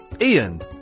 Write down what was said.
Ian